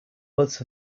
but